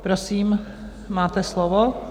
Prosím, máte slovo.